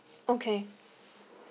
okay